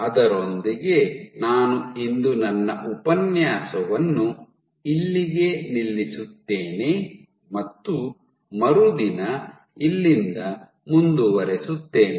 ಅದರೊಂದಿಗೆ ನಾನು ಇಂದು ನನ್ನ ಉಪನ್ಯಾಸವನ್ನು ಇಲ್ಲಿಗೆ ನಿಲ್ಲಿಸುತ್ತೇನೆ ಮತ್ತು ಮರುದಿನ ಇಲ್ಲಿಂದ ಮುಂದುವರಿಸುತ್ತೇನೆ